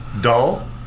dull